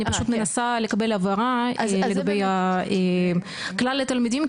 אני פשוט מנסה לקבל הבהרה לגבי כלל התלמידים,